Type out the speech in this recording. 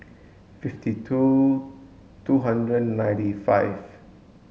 fifty two two hundred and ninety five